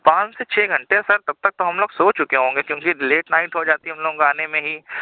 پانچ سے چھ گھنٹے سر تب تک تو ہم لوگ سو چکے ہوں گے کیونکہ لیٹ نائٹ ہو جاتی ہے ہم لوگوں کو آنے میں ہی